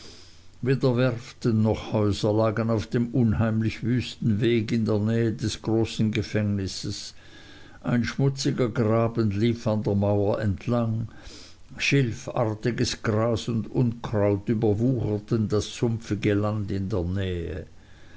weder werften noch häuser lagen auf dem unheimlich wüsten weg in der nähe des großen gefängnisses ein schmutziger graben lief an der mauer entlang schilfartiges gras und unkraut überwucherten das sumpfige land in der nähe